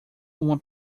uma